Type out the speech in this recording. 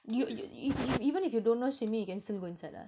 you y~ you even if you don't know swimming you can still go inside ah